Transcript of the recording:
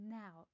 now